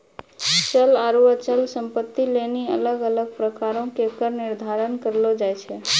चल आरु अचल संपत्ति लेली अलग अलग प्रकारो के कर निर्धारण करलो जाय छै